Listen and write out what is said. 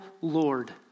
Lord